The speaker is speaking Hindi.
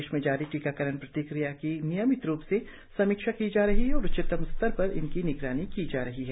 देश में जारी टीकाकरण प्रक्रिया की नियमित रूप से समीक्षा की जा रही है और उच्चतम स्तर पर इसकी निगरानी भी की जा रही है